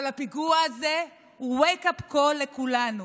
אבל הפיגוע הזה הוא wake up call לכולנו.